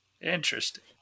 Interesting